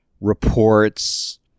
reports